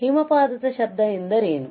ಹಿಮಪಾತದ ಶಬ್ದ ಎಂದರೇನು